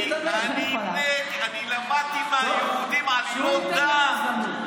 אני למדתי מהיהודים עלילות דם.